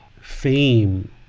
fame